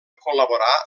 col·laborar